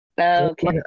Okay